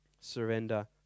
surrender